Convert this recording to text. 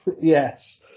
Yes